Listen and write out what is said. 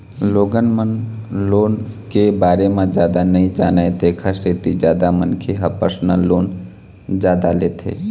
लोगन मन लोन के बारे म जादा नइ जानय तेखर सेती जादा मनखे ह परसनल लोन जादा लेथे